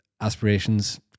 aspirations